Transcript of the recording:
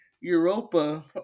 Europa